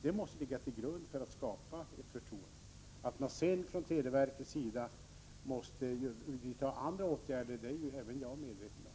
Det måste ju ligga till grund för att skapa ett förtroende. Att televerket sedan måste vidta andra åtgärder är även jag medveten om.